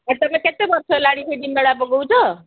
ଏ ତୁମେ କେତେ ବର୍ଷ ହେଲାଣି ସେଇଠି ମେଳା ପକାଉଛ